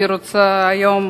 היום,